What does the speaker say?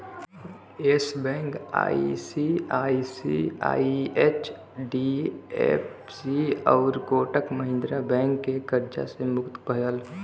yes Bank ICICI, HDFC आउर Kotak Mahindra bank के कर्जा से मुक्त भयल